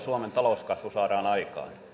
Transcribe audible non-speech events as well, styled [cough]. [unintelligible] suomen talouskasvu saadaan aikaan